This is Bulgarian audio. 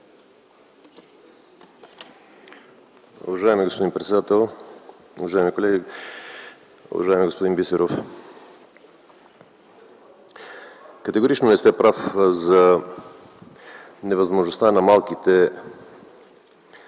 Уважаеми господин председател, уважаеми колеги, уважаеми господин Бисеров! Категорично не сте прав за невъзможността на малките интернет-доставчици